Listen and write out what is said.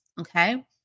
okay